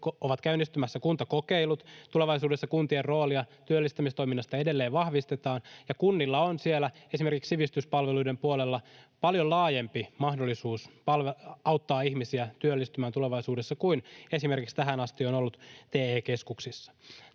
ovat käynnistymässä kuntakokeilut. Tulevaisuudessa kuntien roolia työllistämistoiminnassa edelleen vahvistetaan, ja kunnilla on siellä esimerkiksi sivistyspalveluiden puolella paljon laajempi mahdollisuus auttaa ihmisiä työllistymään tulevaisuudessa kuin esimerkiksi tähän asti on ollut TE-keskuksilla.